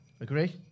Agree